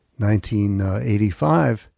1985